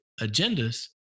agendas